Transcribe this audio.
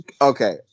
okay